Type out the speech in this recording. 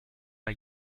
bei